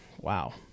wow